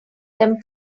them